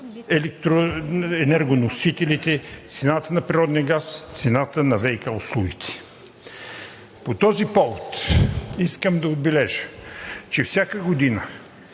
енергоносителите, цената на природния газ, цената на ВиК услугите. По този повод искам да отбележа, че всяка година